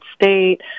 State